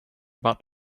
about